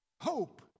Hope